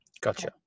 Gotcha